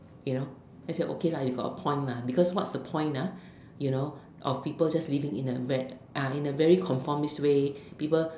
you know I said okay lah you got a point lah because what's the point ah you know of people just living in a very ah in a very conformist way people